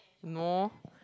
no